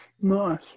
Nice